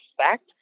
expect